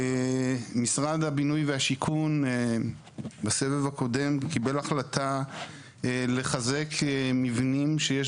משרד הבינוי והשיכון בסבב הקודם קיבל החלטה לחזק מבנים שיש